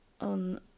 on